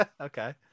Okay